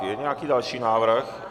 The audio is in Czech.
Je nějaký další návrh?